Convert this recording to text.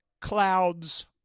Clouds